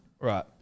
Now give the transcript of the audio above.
Right